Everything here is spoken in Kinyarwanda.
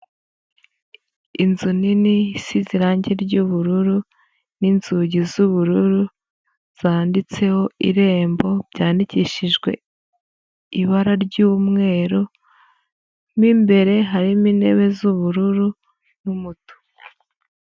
Inzu nini size irange ry'ubururu n'inzugi z'ubururu zanditseho irembo, byandikishijwe ibara ry'umweru mu imbere harimo intebe z'ubururu n'umutuku.